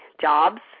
jobs